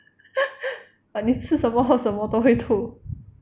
like 你吃什么喝什么都会吐